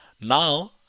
Now